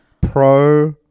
pro